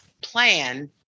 plan